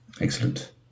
Excellent